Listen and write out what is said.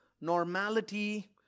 normality